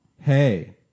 Hey